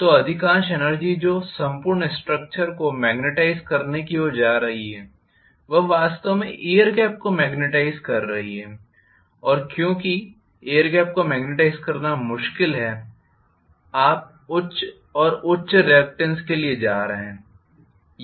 तो अधिकांश एनर्जी जो संपूर्ण स्ट्रक्चर को मेग्नेटाईज़ करने की ओर जा रही है वह वास्तव में एयर गेप को मेग्नेटाईज़ कर रही है क्योंकि एयर गेप को मेग्नेटाईज़ करना मुश्किल है आप उच्च और उच्च रिलक्टेन्स के लिए जा रहे हैं